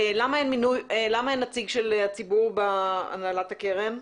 שאלה, למה אין נציג של הציבור בהנהלת הקרן?